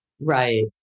Right